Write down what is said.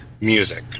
music